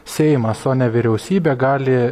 seimas o ne vyriausybė gali